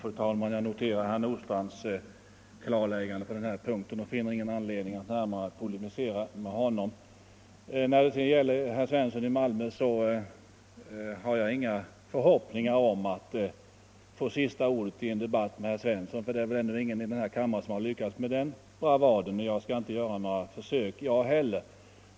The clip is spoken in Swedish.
Fru talman! Jag noterar herr Nordstrandhs förklaring på denna punkt och finner ingen anledning att närmare polemisera mot honom. Beträffande herr Svensson i Malmö har jag inga förhoppningar om att få sista ordet i en debatt med honom. Det är väl ändå ingen här i kammaren som lyckats med den bravaden. Jag skall inte göra några försök jag heller.